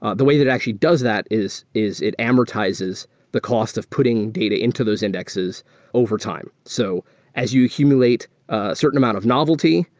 ah the way that it actually does that is is it advertises the cost of putting data into those indexes over time. so as you accumulate a certain amount of novelty,